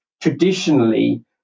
Traditionally